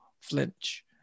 flinch